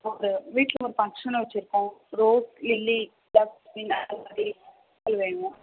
ஒரு வீட்டில் ஒரு ஃபங்க்ஷன் வச்சுருக்கோம் ரோஸ் லில்லி ஜாஸ்மின் வேணும்